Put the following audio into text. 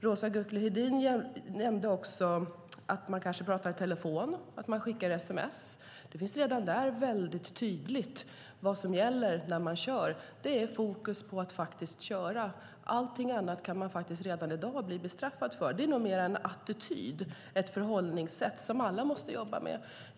Roza Güclü Hedin nämnde också att man kanske pratar i telefon eller att man skickar sms. Det finns redan där väldigt tydligt vad som gäller när man kör. Det är fokus på att faktiskt köra. Allting annat kan man redan i dag bli bestraffad för. Det är nog mer en attityd, ett förhållningssätt som alla måste jobba med.